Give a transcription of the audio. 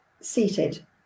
seated